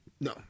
No